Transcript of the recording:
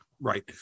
Right